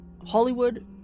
Hollywood